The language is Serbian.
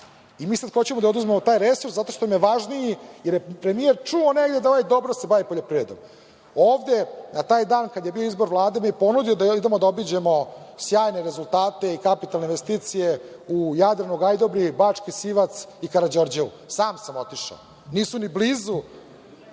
i mi sada hoćemo da oduzmemo taj resurs zato što im je važniji, jer je premijer čuo negde da ovaj dobro se bavi poljoprivredom. Ovde na taj dan kada je bio izbor Vlade, mi je ponudio da idemo da obiđemo sjajne rezultate i kapitalne investicije u Jadranu, Gajdobri, Bački Sivac i Karađorđevo. Sam sam otišao, nisu ni blizu